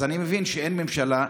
אני מבין שאין ממשלה,